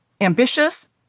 ambitious